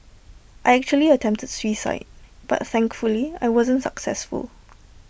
I actually attempted suicide but thankfully I wasn't successful